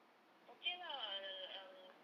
okay lah um